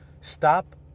stop